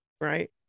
Right